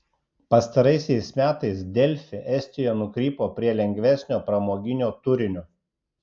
pastaraisiais metais delfi estijoje nukrypo prie lengvesnio pramoginio turinio